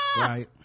right